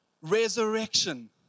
resurrection